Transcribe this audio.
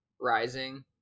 rising